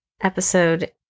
episode